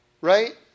right